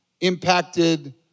impacted